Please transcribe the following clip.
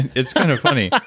it's kind of funny.